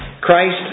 Christ